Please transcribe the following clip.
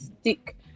stick